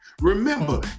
Remember